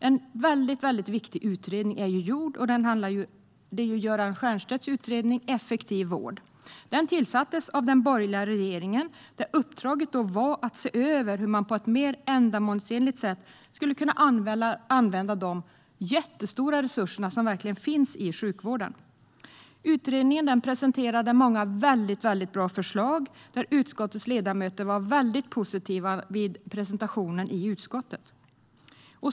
En mycket viktig utredning har gjorts av Göran Stiernstedt: Effektiv vård . Den tillsattes av den borgerliga regeringen, och uppdraget var att se över hur man på ett mer ändamålsenligt sätt skulle kunna använda de stora resurser som finns i sjukvården. Utredningen presenterade många väldigt bra förslag, och utskottets ledamöter var mycket positiva vid presentationen i utskottet.